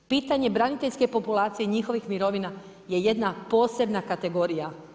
Pitanje braniteljske populacije, njihovih mirovina je jedna posebna kategorija.